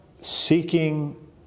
seeking